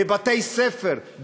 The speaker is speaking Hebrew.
בבתי-ספר,